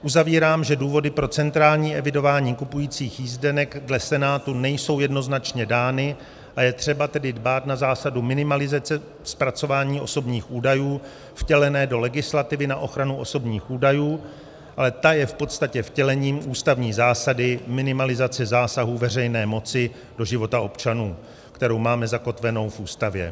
Uzavírám, že důvody pro centrální evidování kupujících jízdenek dle Senátu nejsou jednoznačně dány, a je třeba tedy dbát na zásadu minimalizace zpracování osobních údajů vtělené do legislativy na ochranu osobních údajů, ale ta je v podstatě vtělením ústavní zásady minimalizace zásahů veřejné moci do života občanů, kterou máme zakotvenou v Ústavě.